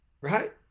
Right